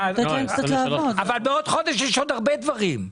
בעוד חודש יש עוד הרבה דברים.